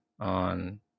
on